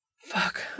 Fuck